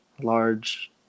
large